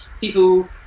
People